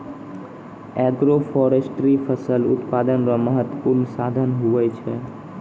agroforestry फसल उत्पादन रो महत्वपूर्ण साधन हुवै छै